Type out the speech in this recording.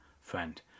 friend